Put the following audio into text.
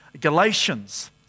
Galatians